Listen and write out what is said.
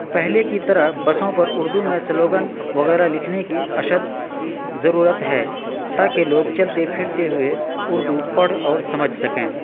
پہلے کی طرح بسوں پر اردو میں سلوگن وغیرہ لکھنے کی اشد ضرورت ہے تاکہ لوگ چلتے پھرتے ہوئے اردو پڑھ اور سمجھ سکیں